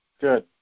Good